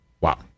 Wow